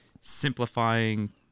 simplifying